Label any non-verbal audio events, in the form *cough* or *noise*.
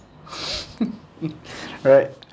*laughs* alright